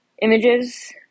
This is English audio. images